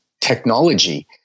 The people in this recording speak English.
technology